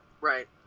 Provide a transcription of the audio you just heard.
Right